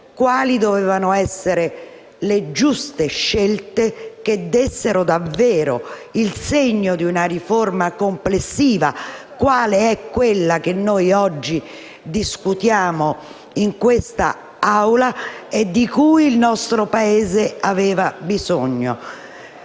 quali dovessero essere le giuste scelte, che dessero davvero il segno di una riforma complessiva, quale quella che oggi discutiamo in questa Aula e di cui il Paese aveva bisogno.